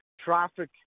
Traffic